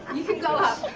and you can go up.